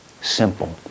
simple